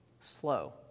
Slow